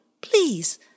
Please